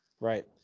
Right